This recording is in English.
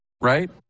right